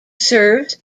serves